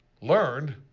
learned